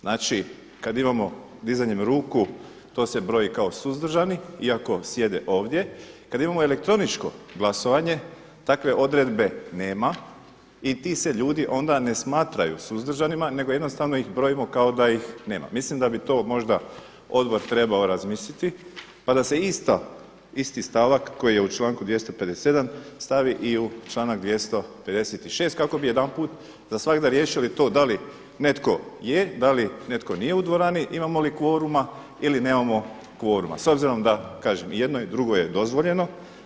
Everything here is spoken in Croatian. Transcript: Znači kada imamo dizanjem ruku to se broji kao suzdržani iako sjede ovdje, kada imamo elektroničko glasovanje, takve odredbe nema i ti se ljudi onda ne smatraju suzdržanima nego jednostavno ih brojimo kao da ih nema. mislim da bi to možda odbor trebao razmisliti pa da se isti stavak koji je u članku 257. stavi i u članak 256. kako bi jedanput za svagda riješili to da li netko je, da li netko nije u dvorani, imamo li kvoruma ili nemamo kvoruma, s obzirom da je i jedno i drugo dozvoljeno.